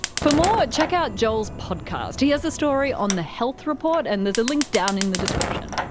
for more, check out joel's podcast. he has a story on the health report and there's a link down in the description.